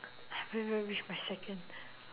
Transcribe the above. I haven't even reach my second